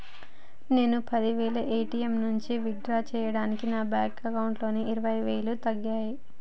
నేను పది వేలు ఏ.టీ.యం నుంచి విత్ డ్రా చేయగా నా బ్యేంకు అకౌంట్లోకెళ్ళి ఇరవై వేలు తగ్గాయి